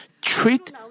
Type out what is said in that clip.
treat